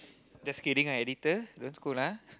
just kidding lah editor don't scold ah